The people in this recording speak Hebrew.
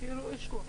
המחסן.